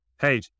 Hey